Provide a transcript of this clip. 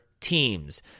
teams